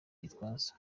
gitwaza